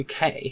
UK